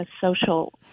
social